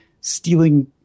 stealing